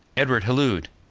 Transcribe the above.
edward hallooed.